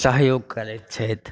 सहयोग करैत छथि